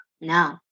No